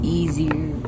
easier